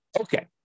Okay